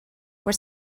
were